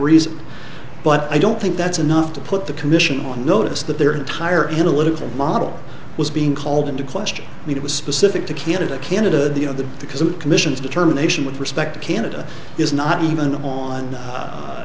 reason but i don't think that's enough to put the commission on notice that their entire analytical model was being called into question and it was specific to canada canada the you know the because of commissions determination with respect to canada is not even on